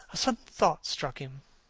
sudden thought struck him.